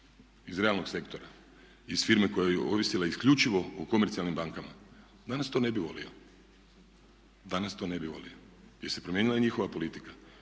iz realnog sektora, iz firme koja je ovisila isključivo o komercijalnim bankama. Danas to ne bih volio jer se promijenila i njihova politika.